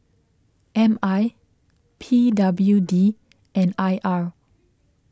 M I P W D and I R